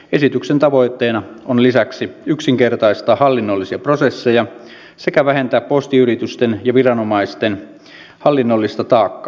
esityksen tavoitteena on lisäksi yksinkertaistaa hallinnollisia prosesseja sekä vähentää postiyritysten ja viranomaisten hallinnollista taakkaa